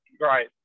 Right